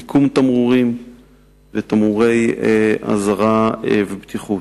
מיקום תמרורים ותמרורי אזהרה ובטיחות,